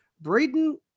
Braden